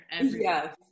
yes